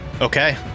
Okay